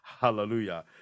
Hallelujah